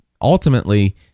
ultimately